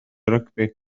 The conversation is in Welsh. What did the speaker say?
rygbi